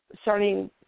starting